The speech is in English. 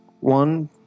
one